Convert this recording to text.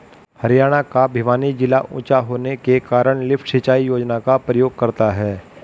हरियाणा का भिवानी जिला ऊंचा होने के कारण लिफ्ट सिंचाई योजना का प्रयोग करता है